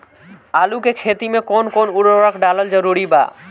आलू के खेती मे कौन कौन उर्वरक डालल जरूरी बा?